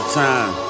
time